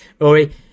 Rory